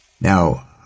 Now